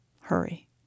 Hurry